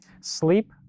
Sleep